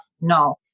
No